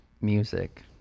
music